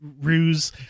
ruse